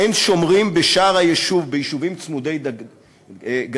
אין שומרים בשער היישוב ביישובים צמודי גדר,